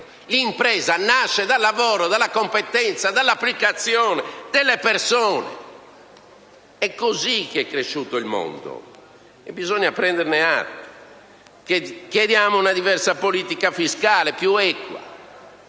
L'impresa nasce dal lavoro, dalla competenza, dall'applicazione delle persone. In questo modo è cresciuto il mondo. Bisogna prenderne atto. Chiediamo una diversa politica fiscale, più equa.